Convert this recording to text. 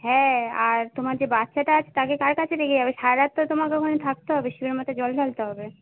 হ্যাঁ আর তোমার যে বাচ্চাটা আছে তাকে কার কাছে রেখে যাবে সারা রাত তো তোমাকে ওখানে থাকতে হবে শিবের মাথায় জল ঢালতে হবে